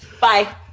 Bye